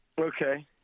Okay